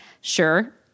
Sure